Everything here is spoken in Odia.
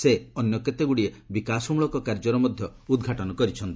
ସେ ଅନ୍ୟ କେତେଗୁଡ଼ିଏ ବିକାଶମୂଳକ କାର୍ଯ୍ୟର ମଧ୍ୟ ଉଦ୍ଘାଟନ କରିଛନ୍ତି